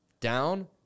down